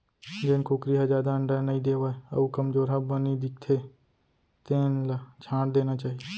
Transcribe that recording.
जेन कुकरी ह जादा अंडा नइ देवय अउ कमजोरहा बानी दिखथे तेन ल छांट देना चाही